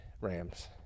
Rams